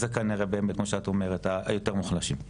אז זה כנראה מה שאת אומרת, היותר מוחלשים.